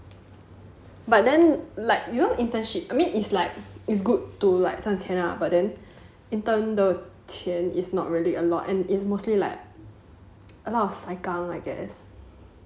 but then like you know internship I mean is good to like 赚钱 lah but then intern 的钱 is not really a lot and is mostly like a lot of sai kang I guess